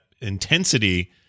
intensity